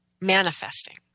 manifesting